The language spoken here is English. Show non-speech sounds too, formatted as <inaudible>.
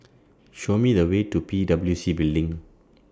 <noise> Show Me The Way to P W C Building